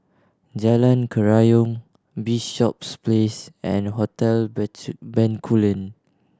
Jalan Kerayong Bishops Place and Hotel Bencoolen